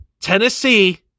Tennessee